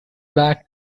back